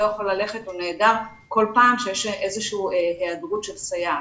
יכול ללכת לשם והוא נעדר כל פעם שישנה איזושהי היעדרות של סייעת.